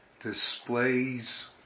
displays